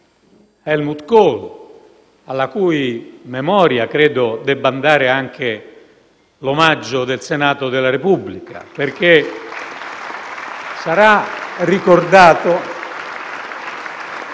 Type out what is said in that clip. Helmut Kohl, alla cui memoria credo debba andare anche l'omaggio del Senato della Repubblica. *(Applausi dai